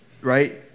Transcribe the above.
right